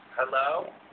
Hello